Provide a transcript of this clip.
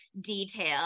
detail